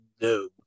No